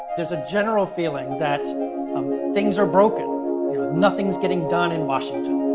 there's a general feeling that things are booked and nothing is getting done in washington.